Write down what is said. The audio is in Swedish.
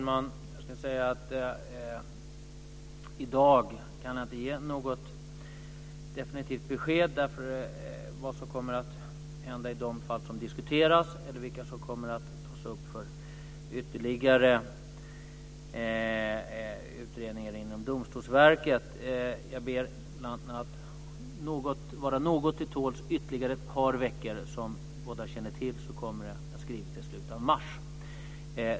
Fru talman! Jag kan i dag inte ge något definitivt besked om vad som kommer att hända i de fall som diskuteras eller vilka som kommer att tas upp för ytterligare utredningar inom Domstolsverket. Jag ber ledamöterna att ge sig något till tåls ytterligare ett par veckor. Som ni båda känner till kommer en skrivelse i slutet av mars.